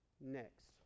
Next